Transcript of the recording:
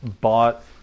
bought